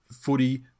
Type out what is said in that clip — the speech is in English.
footy